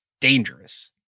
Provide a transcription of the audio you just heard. dangerous